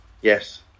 Yes